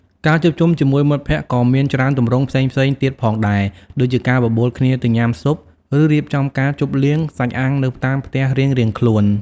ការជួបជុំជាមួយមិត្តភក្តិក៏មានច្រើនទម្រង់ផ្សេងៗទៀតផងដែរ ដូចជាការបបួលគ្នាទៅញ៉ាំស៊ុប ឬរៀបចំការជប់លៀងសាច់អាំងនៅតាមផ្ទះរៀងៗខ្លួន។